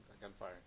gunfire